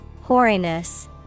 hoariness